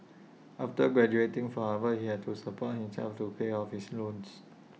after graduating from Harvard he had to support himself to pay off his loans